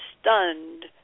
stunned